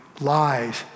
lies